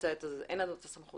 לבצע את זה, אין לנו את הסמכות.